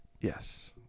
Yes